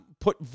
put